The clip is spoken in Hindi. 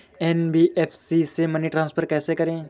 एन.बी.एफ.सी से मनी ट्रांसफर कैसे करें?